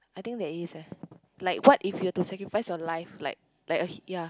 I think that is eh like what if you were to sacrifice your life like like a ya